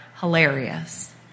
hilarious